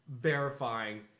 verifying